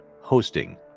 hosting